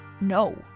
No